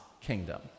kingdom